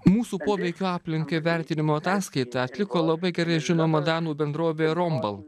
mūsų poveikio aplinkai vertinimo ataskaitą atliko labai gerai žinomo danų bendrovė rombal